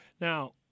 Now